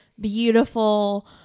Beautiful